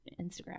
Instagram